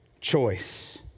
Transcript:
Choice